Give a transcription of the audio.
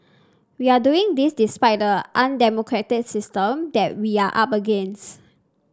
we are doing this despite the undemocratic system that we are up against